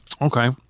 Okay